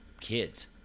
kids